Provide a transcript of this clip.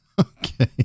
okay